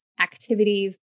activities